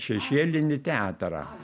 šešėlinį teatrą